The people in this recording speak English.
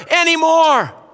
anymore